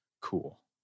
cool